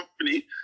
company